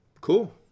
cool